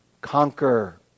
conquer